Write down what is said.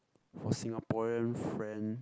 for Singaporean friend